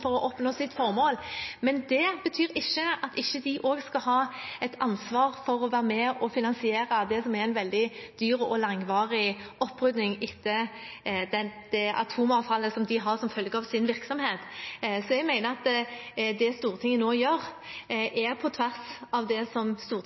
for å oppnå sitt formål. Men det betyr ikke at ikke de også skal ha et ansvar for å være med på å finansiere det som er en veldig dyr og langvarig opprydding etter atomavfallet de har som følge av sin virksomhet. Jeg mener at det Stortinget nå gjør,